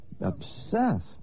obsessed